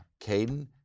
Caden